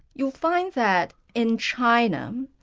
you'll find that in china, um